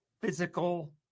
physical